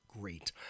great